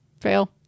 Fail